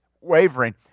Wavering